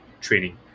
training